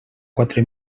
quatre